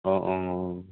অঁ অঁ অঁ